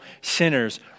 sinners